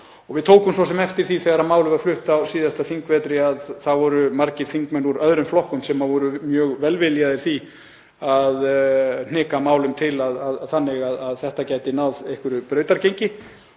við tókum svo sem eftir því þegar málið var flutt á síðasta þingvetri að þá voru margir þingmenn úr öðrum flokkum sem voru mjög velviljaðir því að hnika málum til þannig að þetta gæti náð einhverju brautargengi.